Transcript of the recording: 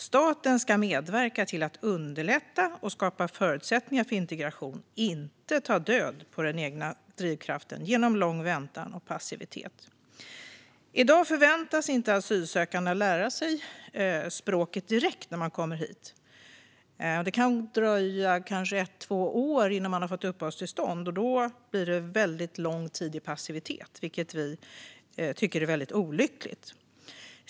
Staten ska medverka till att underlätta och skapa förutsättningar för integration, inte ta död på den egna drivkraften genom lång väntan och passivitet. I dag förväntas inte asylsökande lära sig språket direkt när de kommer hit. Det kan dröja ett eller två år innan de får uppehållstillstånd, och då blir det lång tid i passivitet, vilket vi tycker är olyckligt.